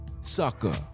sucker